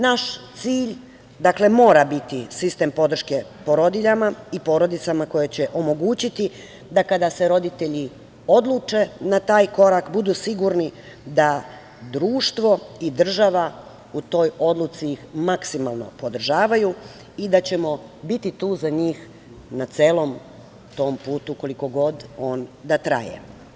Naš cilj mora biti sistem podrške porodiljama i porodicama koje će omogućiti da kada se roditelji odluče na taj korak budu sigurni da društvo i država u toj odluci maksimalno podržavaju i da ćemo biti tu za njih na celom tom putu, koliko god on da traje.